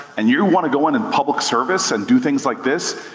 and you wanna go into public service and do things like this,